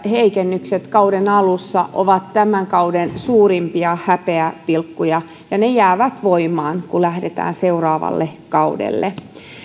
heikennykset kauden alussa ovat tämän kauden suurimpia häpeäpilkkuja ja ne jäävät voimaan kun lähdetään seuraavalle kaudelle